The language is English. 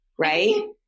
Right